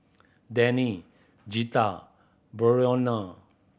Danny Zita Brionna